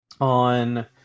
on